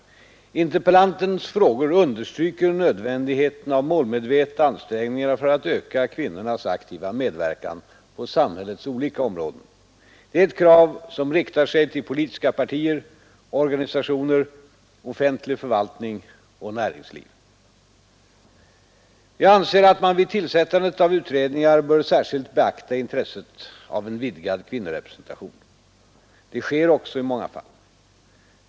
Interpellantens frågor understryker nödvändigheten av målmedvetna ansträngningar för att öka kvinnornas aktiva medverkan på samhällets olika områden. Det är ett krav som riktar sig till politiska partier, organisationer, offentlig förvaltning och näringsliv. Jag anser att man vid tillsättandet av utredningar bör särskilt beakta intresset av en vidgad kvinnorepresentation. Det sker också i många fall.